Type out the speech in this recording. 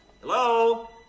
Hello